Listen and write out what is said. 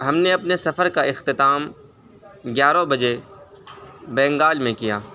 ہم نے اپنے سفر کا اختتام گیارہ بجے بنگال میں کیا